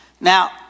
Now